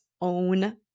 own